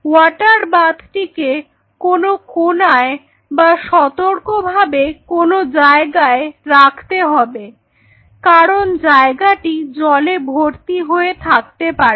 water বাথটিকে কোনো কোনায় বা সতর্কভাবে কোনো জায়গায় রাখতে হবে কারণ জায়গাটি জলে ভর্তি হয়ে থাকতে পারে